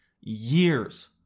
years